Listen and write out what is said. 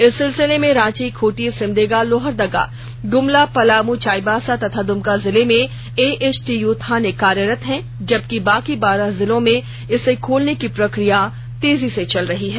इस सिलसिले में रांची खूंटी सिमडेगा लोहरदगा गुमला पलाम चाईबासा तथा दुमका जिले में एएचटीयू थाने कार्यरत हैं जबकि बाकि बारह जिलों में इसे खोलने की प्रक्रिया तेजी से चल रही है